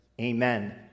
Amen